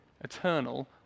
eternal